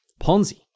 Ponzi